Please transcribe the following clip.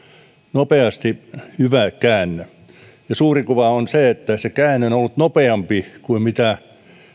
nopeasti hyvän käänteen suuri kuva on se että se käänne on ollut nopeampi kuin